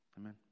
Amen